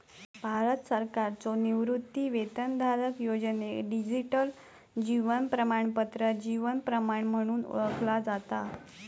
भारत सरकारच्यो निवृत्तीवेतनधारक योजनेक डिजिटल जीवन प्रमाणपत्र जीवन प्रमाण म्हणून ओळखला जाता